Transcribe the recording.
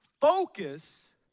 focus